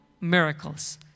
miracles